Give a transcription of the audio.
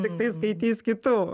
tiktai skaitys kitų